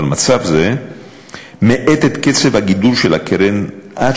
אבל מצב זה מאט את קצב הגידול של הקרן עד